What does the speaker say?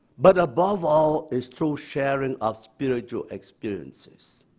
but above all is through sharing of spiritual experiences.